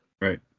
right